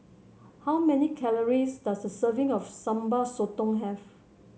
how many calories does a serving of Sambal Sotong have